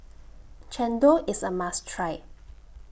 Chendol IS A must Try